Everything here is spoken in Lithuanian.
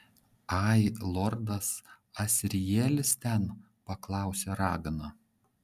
ai lordas asrielis ten paklausė ragana